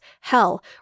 hell